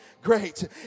great